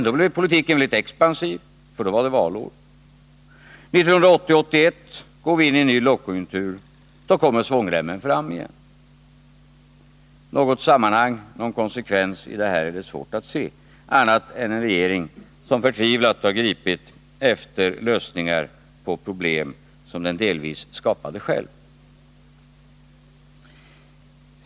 Då blev politiken expansiv igen, för då var det valår. 1980-1981 går vi in i en ny lågkonjunktur. Då kommer svångremmen fram igen. Något sammanhang eller någon konsekvens i det här är svårt att se. Det man ser är en regering som förtvivlat har gripit efter lösningar på problem som den delvis skapade själv.